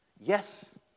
Yes